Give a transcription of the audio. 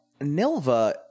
nilva